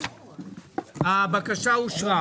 הצבעה הבקשה אושרה.